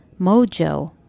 mojo